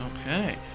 Okay